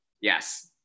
Yes